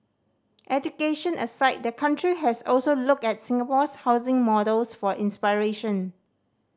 education aside the country has also looked at Singapore's housing models for inspiration